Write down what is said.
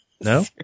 No